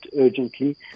urgently